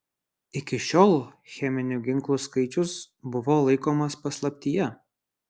iki šiol cheminių ginklų skaičius buvo laikomas paslaptyje